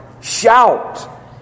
Shout